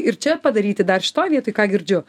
ir čia padaryti dar šitoj vietoj ką girdžiu